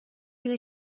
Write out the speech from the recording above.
اینه